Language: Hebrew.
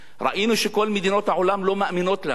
ראינו שכל מדינות העולם לא מאמינות לנו,